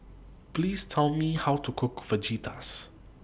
Please Tell Me How to Cook Fajitas